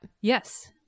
Yes